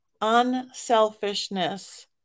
unselfishness